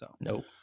Nope